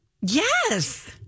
Yes